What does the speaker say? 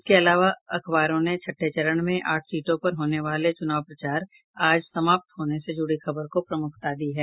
इसके अलावा अखबारों ने छठे चरण में आठ सीटों पर होने वाले चुनाव प्रचार आज समाप्त होने से जुड़ी खबर को प्रमुखता दी है